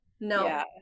No